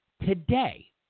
today